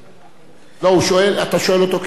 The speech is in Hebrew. לא, אתה שואל אותו כשר הרווחה.